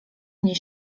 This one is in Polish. mnie